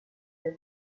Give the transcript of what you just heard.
del